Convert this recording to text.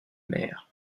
mer